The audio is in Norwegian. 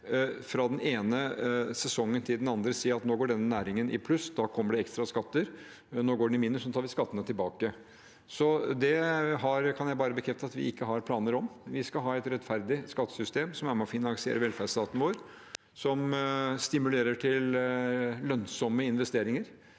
fra den ene sesongen til den andre kan si at nå går denne næringen i pluss, så nå kommer det ekstra skatter, og nå går den i minus, så nå tar vi skattene tilbake. Det kan jeg bekrefte at vi ikke har planer om. Vi skal ha et rettferdig skattesystem som er med og finansierer velferdsstaten vår, som stimulerer til lønnsomme investeringer